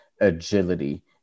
agility